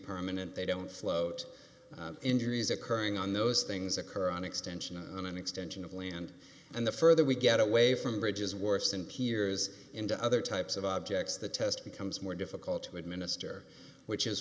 permanent they don't float injuries occurring on those things occur on extension on an extension of land and the further we get away from bridges worsen peares into other types of objects the test becomes more difficult to administer which is